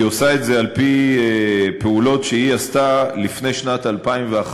היא עושה את זה על-פי פעולות שהיא עשתה לפני שנת 2011,